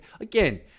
Again